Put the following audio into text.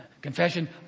Confession